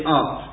up